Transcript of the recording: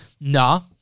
No